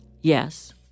Yes